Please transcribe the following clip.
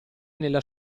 nella